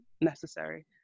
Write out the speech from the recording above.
necessary